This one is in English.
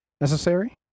necessary